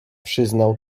przyznał